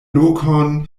lokon